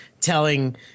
telling